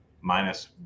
minus